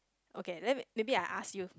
okay then maybe I ask you